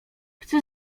chce